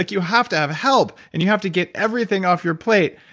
like you have to have help, and you have to get everything off your plate.